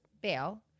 bail